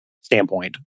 standpoint